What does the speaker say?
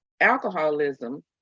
alcoholism